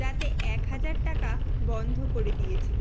যাতে এক হাজার টাকা বন্ধ করে দিয়েছিল